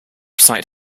sight